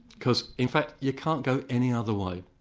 because in fact you can't go any other way.